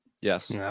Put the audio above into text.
Yes